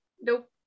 nope